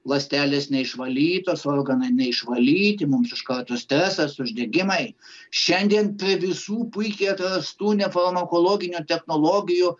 ląstelės neišvalytos organai neišvalyti mum iškarto stresas uždegimai šiandien prie visų puikiai atrastų nefarmakologinių technologijų